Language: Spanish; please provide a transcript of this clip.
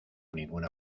ninguna